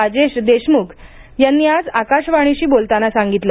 राजेश देशमुख यांनी आज आकाशवाणीशी बोलताना सांगितलं